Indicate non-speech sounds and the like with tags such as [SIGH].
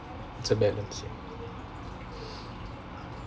it's a balance yeah [BREATH]